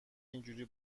اینجوری